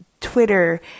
Twitter